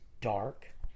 dark